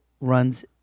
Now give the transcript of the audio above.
runs